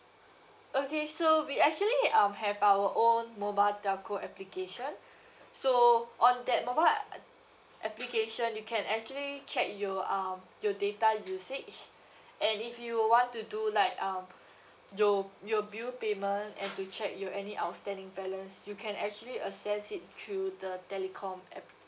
okay so we actually um have our own mobile telco application so on that mobile application you can actually check your um your data usage and if you want to do like um your your bill payment and to check your any outstanding balance you can actually access it through the telecom app